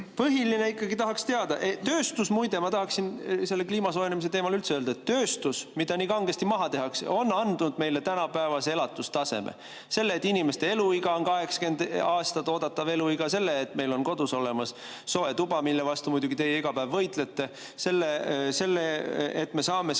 Põhiline ikkagi, tööstus ... Muide ma tahaksin selle kliima soojenemise teemal üldse öelda, et tööstus, mida nii kangesti maha tehakse, on andnud meile tänapäevase elatustaseme, selle, et inimeste oodatav eluiga on 80 aastat, selle, et meil on kodus olemas soe tuba, mille vastu muidugi teie iga päev võitlete, selle, et me saame sõita